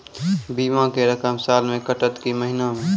बीमा के रकम साल मे कटत कि महीना मे?